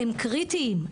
הם קריטיים,